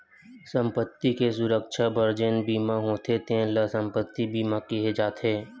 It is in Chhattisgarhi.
संपत्ति के सुरक्छा बर जेन बीमा होथे तेन ल संपत्ति बीमा केहे जाथे